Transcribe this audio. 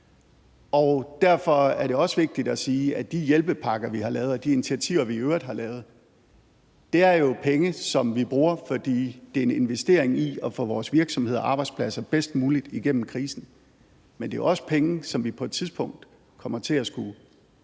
Derfor er det også vigtigt at sige, at der med de hjælpepakker, vi har lavet, og de initiativer, vi i øvrigt har lavet, jo er tale om penge, som vi bruger, fordi det er en investering i at få vores virksomheder og arbejdspladser bedst muligt igennem krisen, men at det jo også er penge, som vi på et tidspunkt kommer til at skulle